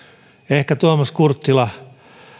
ehkä tuomas kurttila